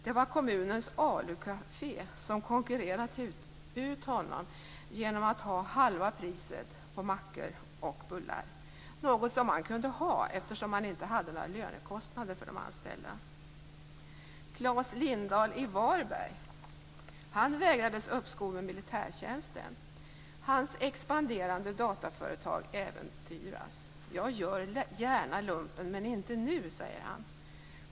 Det var kommunens ALU-kafé som konkurrerat ut honom genom att ha halva priset på mackor och bullar, något som man kunde ha eftersom man inte hade några lönekostnader för de anställda. Claes Lindahl i Varberg vägrades uppskov med militärtjänsten. Hans expanderande dataföretag äventyras. Jag gör gärna lumpen - men inte nu, säger han.